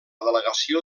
delegació